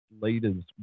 leaders